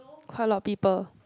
quite a lot of people